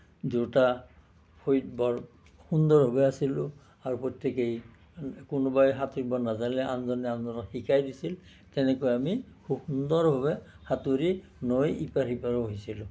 দুয়োটা ফৈদ বৰ সুন্দৰভাৱে আছিলোঁ আৰু প্ৰত্যেকেই কোনোবাই সাঁতুৰিব নাজানিলে আনজনে আনজনক শিকাই দিছিল তেনেকৈ আমি খুব সুন্দৰভাৱে সাঁতুৰি নৈৰ ইপাৰ সিপাৰ হৈছিলোঁ